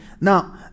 now